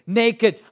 naked